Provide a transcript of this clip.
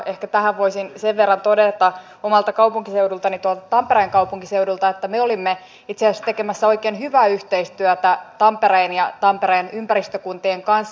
ehkä tähän voisin sen verran todelta omalta kaupunkiseudultani tuolta tampereen kaupunkiseudulta että me olimme itse asiassa tekemässä oikein hyvää yhteistyötä tampereen ja tampereen ympäristökuntien kanssa